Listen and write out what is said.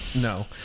No